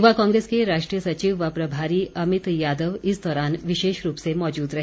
युवा कांग्रेस के राष्ट्रीय सचिव व प्रभारी अमित यादव इस दौरान विशेष रूप से मौजूद रहे